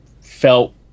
felt